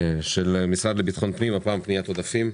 פנייה 52003 המשרד לביטחון פנים, פניית עודפים,